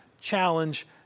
challenge